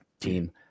team